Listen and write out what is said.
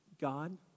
God